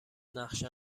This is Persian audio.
نقشه